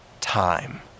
Time